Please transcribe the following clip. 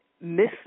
miss